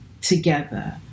together